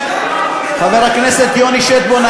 חבר הכנסת יוני שטבון,